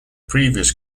previous